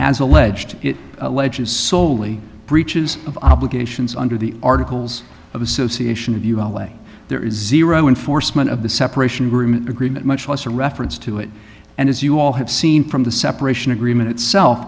as alleged it alleges soley breaches of obligations under the articles of association of u l a there is zero enforcement of the separation agreement agreement much less a reference to it and as you all have seen from the separation agreement itself